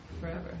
forever